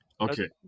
okay